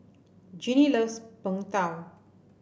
Ginny loves Png Tao